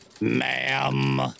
Ma'am